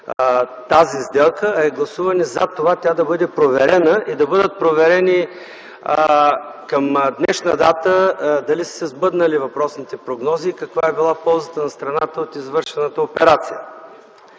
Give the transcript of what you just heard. тази сделка, а е гласуване за това тя да бъде проверена и да бъде проверено към днешна дата дали са се сбъднали въпросните прогнози и каква е била ползата на страната от извършената операция.